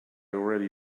already